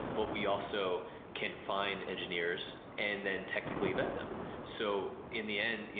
but we also can find engineers and then technically vet them so in the end,